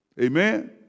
Amen